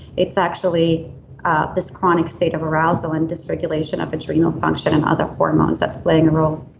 it's actually this chronic state of arousal and dysregulation of adrenal function and other hormones that's playing a role.